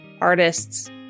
artists